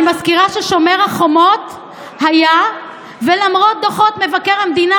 אני מזכירה שבשומר החומות זה היה למרות דוחות מבקר המדינה,